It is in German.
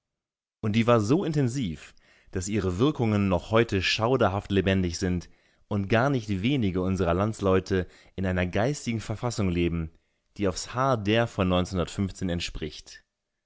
und die war so intensiv daß ihre wirkungen noch heute schauderhaft lebendig sind und gar nicht wenige unserer landsleute in einer geistigen verfassung leben die aufs haar der von entspricht